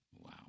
Wow